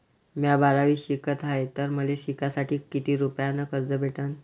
म्या बारावीत शिकत हाय तर मले शिकासाठी किती रुपयान कर्ज भेटन?